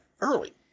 early